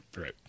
right